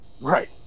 Right